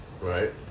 Right